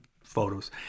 photos